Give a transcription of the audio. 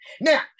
now